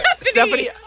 Stephanie